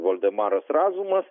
voldemaras razumas